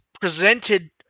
presented